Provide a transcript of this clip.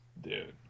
Dude